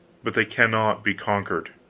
but they cannot be conquered.